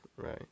Right